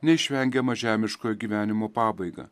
neišvengiamą žemiškojo gyvenimo pabaigą